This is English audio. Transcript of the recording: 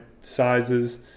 sizes